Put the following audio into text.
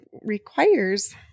requires